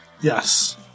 Yes